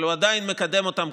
אבל הוא עדיין מקדם אותם,